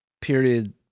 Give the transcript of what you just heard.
period